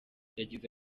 yagize